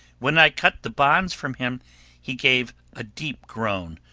when i cut the bonds from him he gave a deep groan,